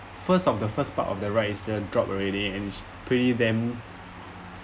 first of the first part of the rides is a drop already and it's pretty then